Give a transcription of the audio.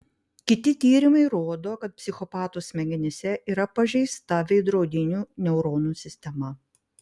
kiti tyrimai rodo kad psichopatų smegenyse yra pažeista veidrodinių neuronų sistema